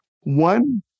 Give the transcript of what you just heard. One